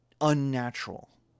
unnatural